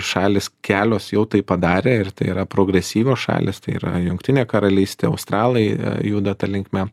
šalys kelios jau tai padarė ir tai yra progresyvios šalys tai yra jungtinė karalystė australai juda ta linkme